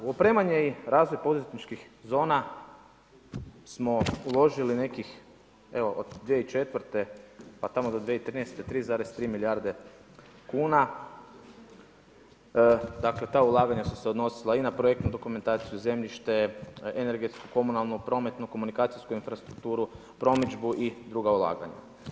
U opremanje i razvoj poduzetničkih zona smo uložili nekih od 2004. pa tamo do 2013., 3,3 milijarde kuna, dakle ta ulaganja su se odnosila i na projektnu dokumentaciju, zemljište, energetsku, komunalnu, prometnu, komunikacijsku infrastrukturu, promidžbu i druga ulaganja.